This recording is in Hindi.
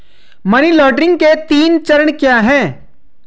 मनी लॉन्ड्रिंग के तीन चरण क्या हैं?